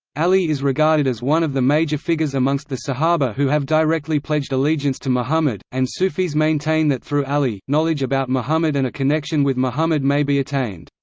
ali is regarded as one of the major figures amongst the sahaba who have directly pledged allegiance to muhammad, and sufis maintain that through ali, knowledge about muhammad and a connection with muhammad may be attained.